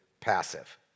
passive